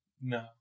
No